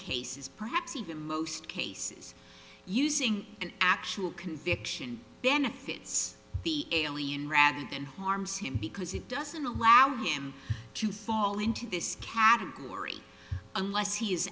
cases perhaps even most cases using an actual conviction benefits the alien rather than harms him because it doesn't allow him to fall into this category unless he